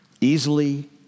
easily